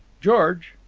george,